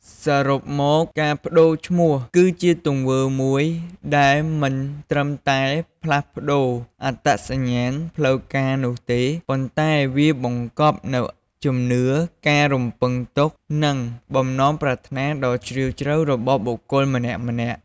សរុបមក ការប្ដូរឈ្មោះគឺជាទង្វើមួយដែលមិនត្រឹមតែផ្លាស់ប្ដូរអត្តសញ្ញាណផ្លូវការនោះទេ ប៉ុន្តែវាបង្កប់នូវជំនឿ ការរំពឹងទុក និងបំណងប្រាថ្នាដ៏ជ្រាលជ្រៅរបស់បុគ្គលម្នាក់ៗ។